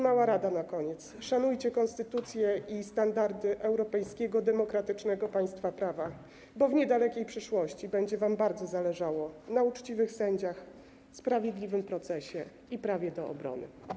Mała rada na koniec: szanujcie konstytucję i standardy europejskiego, demokratycznego państwa prawa, bo w niedalekiej przyszłości będzie wam bardzo zależało na uczciwych sędziach, sprawiedliwym procesie i prawie do obrony.